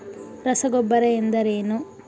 ರಸಗೊಬ್ಬರ ಎಂದರೇನು?